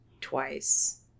twice